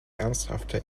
ernsthafte